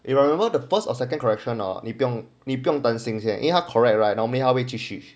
if I remember the first or second correction or 你不用你不用担心钱因为他 correct right normally how 他会继续